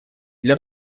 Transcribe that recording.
для